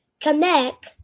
Kamek